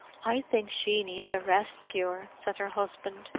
i think she needs a rest-cure! said her husband,